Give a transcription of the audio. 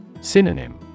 Synonym